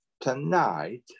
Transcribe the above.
tonight